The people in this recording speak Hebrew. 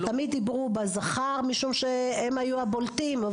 תמיד דיברו בלשון זכר משום שהם היו הבולטים.